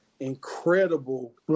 incredible